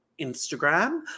instagram